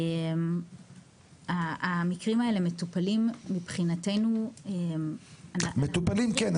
המקרים האלו מטופלים מבחינתנו --- מטופלים כן,